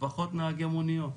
פחות נהגי מוניות.